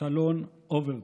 חלון אוברטון,